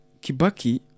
Kibaki